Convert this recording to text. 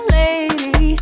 lady